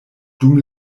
dum